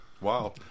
wow